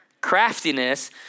Craftiness